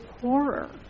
horror